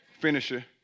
finisher